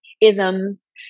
isms